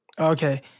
Okay